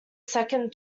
second